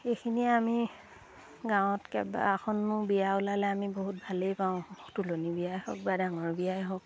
এইখিনিয়ে আমি গাঁৱত কেইবাখনো বিয়া ওলালে আমি বহুত ভালেই পাওঁ তোলনী বিয়াই হওক বা ডাঙৰ বিয়াই হওক